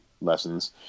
lessons